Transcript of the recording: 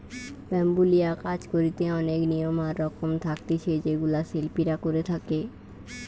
bamboo লিয়া কাজ করিতে অনেক নিয়ম আর রকম থাকতিছে যেগুলা শিল্পীরা করে থাকে